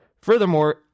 Furthermore